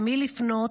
למי לפנות,